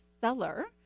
seller